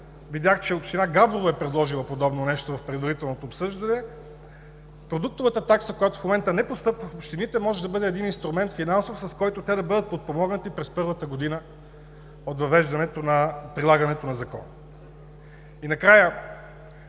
видях, че община Габрово е предложила подобно нещо при предварителното обсъждане – продуктовата такса, която в момента не постъпва в общините, може да бъде един финансов инструмент, с който те да бъдат подпомогнати през първата година от прилагането на Закона. И накрая,